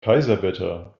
kaiserwetter